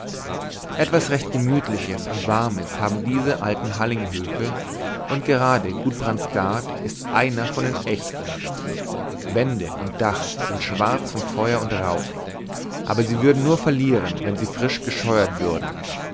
etwas recht gemütliches und warmes haben diese alten hallinghöfe und gerade gudbrandsgard ist einer von den echten wände und dach sind schwarz von feuer und rauch aber sie würden nur verlieren wenn sie frisch gescheuert würden